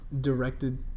directed